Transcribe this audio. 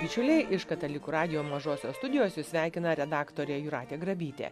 bičiuliai iš katalikų radijo mažosios studijos jus sveikina redaktorė jūratė grabytė